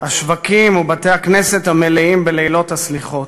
השווקים ובתי-הכנסת המלאים בלילות הסליחות.